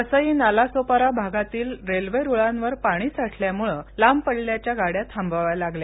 वसई नालासोपारा भागातील रेल्वे रुळांवर पाणी साठल्यामुळं लांब पल्ल्याच्या गाड्या थांबवाव्या लागल्या